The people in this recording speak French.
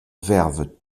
verve